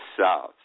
South